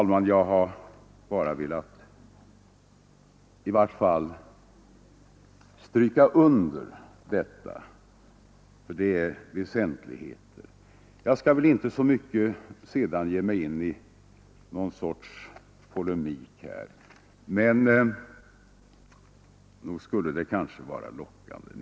Jag har bara velat stryka under detta, fru talman, för det är väsentligheter. Jag skall väl inte sedan ge mig in i någon sorts polemik, men nog skulle det kunna vara frestande.